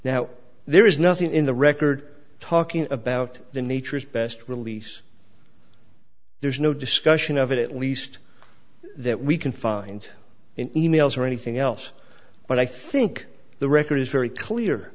now there is nothing in the record talking about the nature is best release there's no discussion of it at least that we can find in emails or anything else but i think the record is very clear